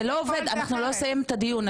אנחנו לא נסיים את הדיון.